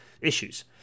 issues